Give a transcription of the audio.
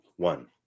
One